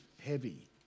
heavy